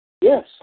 Yes